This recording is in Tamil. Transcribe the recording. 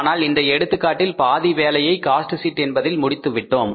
ஆனால் இந்த எடுத்துக்காட்டில் பாதி வேலையை காஸ்ட் ஷீட் என்பதில் முடித்துவிட்டோம்